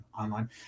online